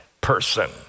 person